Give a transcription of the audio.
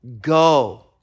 go